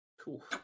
Cool